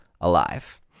alive